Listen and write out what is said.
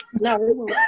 No